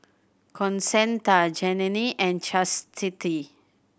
Concetta Janene and Chastity